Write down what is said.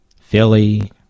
Philly